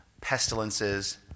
pestilences